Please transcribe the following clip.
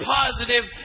positive